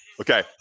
Okay